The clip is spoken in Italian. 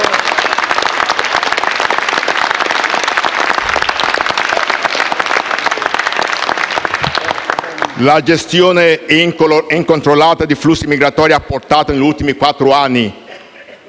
La gestione incontrollata dei flussi migratori ha portato, negli ultimi quattro anni,